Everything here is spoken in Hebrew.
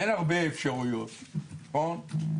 אין הרבה אפשרויות, נכון?